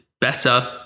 better